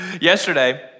yesterday